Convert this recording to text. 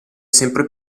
sempre